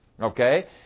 Okay